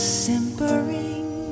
simpering